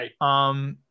right